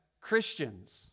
Christians